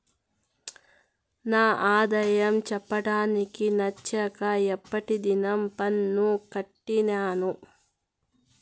నా ఆదాయం చెప్పడానికి నచ్చక ఎప్పటి దినం పన్ను కట్టినాను